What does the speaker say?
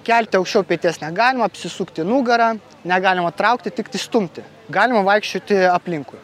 kelti aukščiau peties negalima apsisukti nugara negalima traukti tiktai stumti galima vaikščioti aplinkui